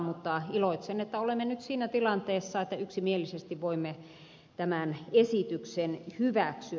mutta iloitsen että olemme nyt siinä tilanteessa että yksimielisesti voimme tämän esityksen hyväksyä